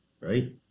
right